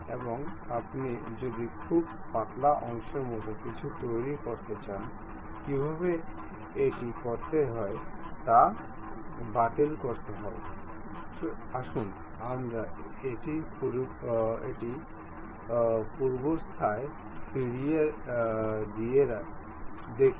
এখন আপনি যদি খুব পাতলা অংশের মতো কিছু তৈরি করতে চান কীভাবে এটি করতে হয় তা বাতিল করা হয় আসুন আমরা এটি পূর্বাবস্থায় ফিরিয়ে দিয়ে দেখি